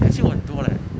actually !whoa! 很多 leh